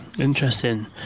interesting